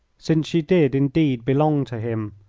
since she did indeed belong to him,